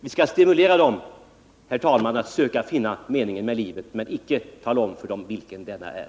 Vi skall stimulera dem, herr talman, till att söka finna meningen med livet men icke tala om för dem vilken denna är.